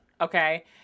Okay